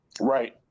Right